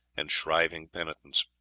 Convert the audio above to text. and shriving penitents.